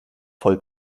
voll